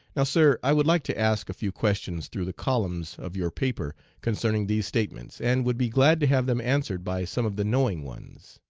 now, sir, i would like to ask a few questions through the columns of your paper concerning these statements, and would be glad to have them answered by some of the knowing ones.